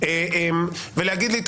ולהגיד לי,